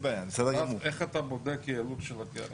איך אתה בודק יעילות של הקרן?